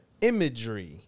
imagery